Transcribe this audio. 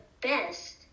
best